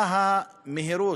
מה המהירות?